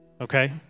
okay